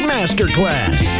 Masterclass